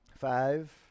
Five